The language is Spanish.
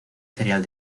cereal